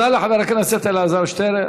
תודה לחבר הכנסת אלעזר שטרן.